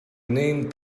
named